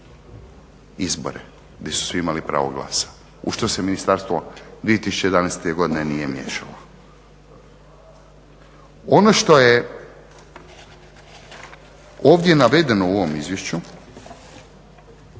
izbore gdje su svi imali pravo glasa u što se ministarstvo 2011. godine nije miješalo. Ono što je ovdje navedeno u ovom Izvješću